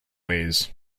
ways